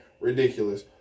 ridiculous